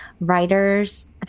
writers